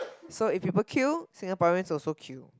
so if people queue Singaporean also queue